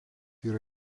yra